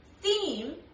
theme